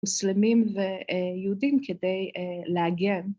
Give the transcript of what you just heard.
‫מוסלמים ויהודים כדי להגן.